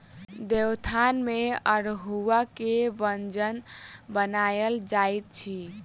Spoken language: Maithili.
देवोत्थान में अल्हुआ के व्यंजन बनायल जाइत अछि